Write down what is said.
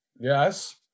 Yes